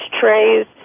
trays